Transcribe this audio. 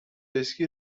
اسکی